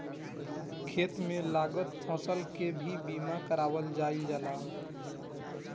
खेत में लागल फसल के भी बीमा कारावल जाईल जाला